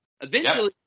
Eventually-